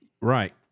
Right